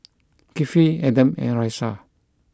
Kifli Adam and Raisya